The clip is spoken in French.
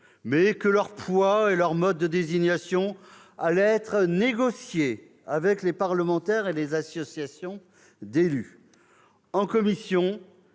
mais que leur poids et leur mode de désignation allaient être négociés avec « les parlementaires et les associations d'élus